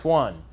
one